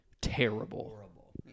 terrible